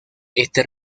este